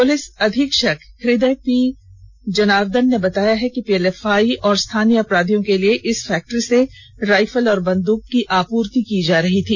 police अधीक्षक हदय P Janardan ने बताया कि पीएलएफआई एवं स्थानीय अपराधियों के लिए इस फैक्ट्री से राईफल और बंदूक की आपूर्ति की रही थी